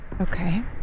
Okay